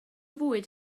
fwyd